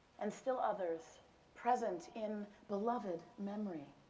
and still others present in beloved memory.